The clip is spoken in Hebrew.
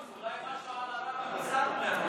אולי משהו על הרבי מסאטמר.